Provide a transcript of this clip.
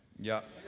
yeah,